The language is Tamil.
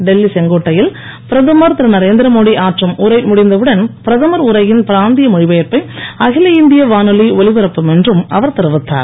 டெல்லி செங்கோட்டையில் பிரதமர் திருநரேந்திர மோடி ஆற்றும் உரை முடிந்தவுடன் பிரதமர் உரையின் பிராந்திய மொழிபெயர்ப்பை அகில இந்திய வானொலி ஒலிபரப்பும் என்றும் அவர் தெரிவித்தார்